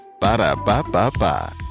Ba-da-ba-ba-ba